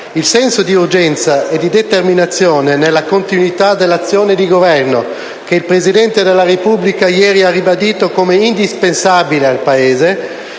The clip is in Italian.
Il senso di urgenza e di determinazione nella continuità dell'azione di Governo, che il Presidente della Repubblica ieri ha ribadito come indispensabile al Paese,